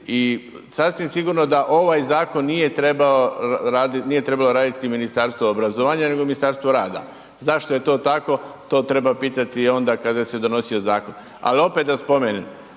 i sasvim sigurno da ovaj zakon nije trebao raditi, nije trebalo raditi Ministarstvo obrazovanja nego Ministarstvo rada, zašto je to tako to treba pitati onda kada se donosio zakon, al opet da spomenem